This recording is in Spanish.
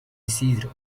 isidro